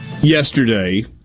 Yesterday